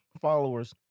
followers